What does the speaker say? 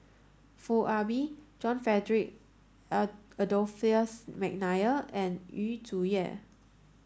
Foo Ah Bee John Frederick Adolphus McNair and Yu Zhuye